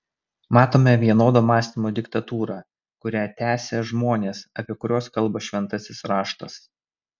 matome vienodo mąstymo diktatūrą kurią tęsia žmonės apie kuriuos kalba šventasis raštas